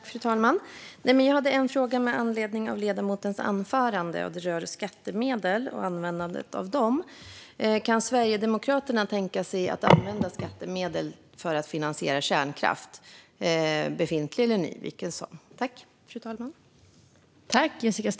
Fru talman! Jag har en fråga med anledning av ledamotens anförande. Den rör användningen av skattemedel. Kan Sverigedemokraterna tänka sig att använda skattemedel för att finansiera befintlig eller ny kärnkraft?